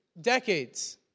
decades